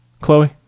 chloe